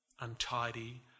untidy